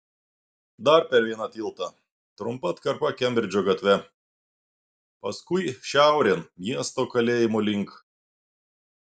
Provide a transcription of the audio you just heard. dar per vieną tiltą trumpa atkarpa kembridžo gatve paskui šiaurėn miesto kalėjimo link